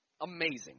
amazing